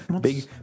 big